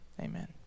Amen